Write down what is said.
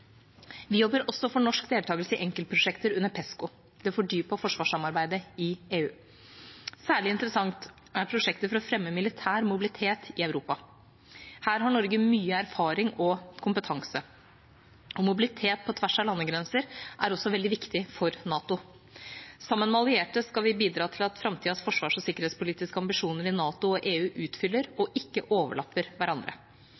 Vi arbeider også for norsk deltakelse i enkeltprosjekter under PESCO, det fordypede forsvarssamarbeidet i EU. Særlig interessant er prosjekter for å fremme militær mobilitet i Europa. Her har Norge mye erfaring og kompetanse, og mobilitet på tvers av landegrenser er også svært viktig for NATO. Sammen med allierte skal vi bidra til at framtidas forsvars- og sikkerhetspolitiske ambisjoner i NATO og EU utfyller